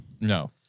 no